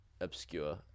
obscure